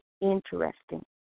interesting